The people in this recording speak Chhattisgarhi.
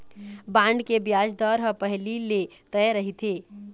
बांड के बियाज दर ह पहिली ले तय रहिथे